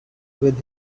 with